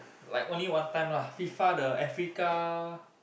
like only one time lah F_I_F_A the Africa